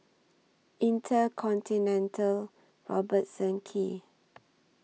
InterContinental Robertson Quay